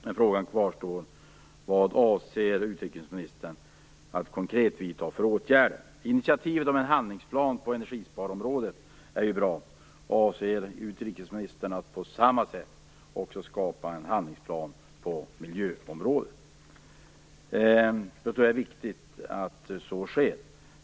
Men frågan kvarstår: Initiativet till en handlingsplan på energisparområdet är ju bra. Avser utrikesministern att på samma sätt också skapa en handlingsplan på miljöområdet? Det är viktigt att så sker.